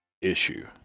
issue